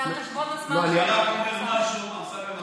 זה על חשבון הזמן, אני רק אומר משהו, אמסלם,